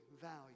value